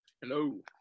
Hello